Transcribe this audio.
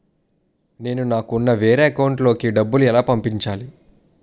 నేను నాకు ఉన్న వేరే అకౌంట్ లో కి డబ్బులు ఎలా పంపించాలి?